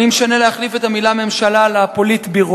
אני מציע להחליף את המלה "ממשלה" ב"פוליטביורו".